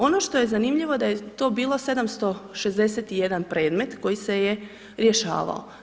Ono što je zanimljivo da je to bilo 761 predmet koji se je rješavao.